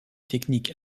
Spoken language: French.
technique